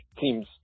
seems